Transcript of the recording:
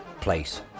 place